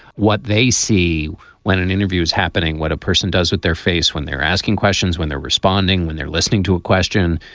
what they see when an interview is happening, what a person does with their face, when they're asking questions, when they're responding, when they're listening to a question.